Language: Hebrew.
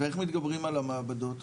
ואיך מתגברים על המעבדות?